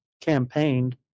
campaigned